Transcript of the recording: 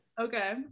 Okay